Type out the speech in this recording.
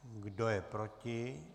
Kdo je proti?